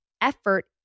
effort